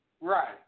Right